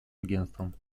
агентством